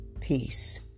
peace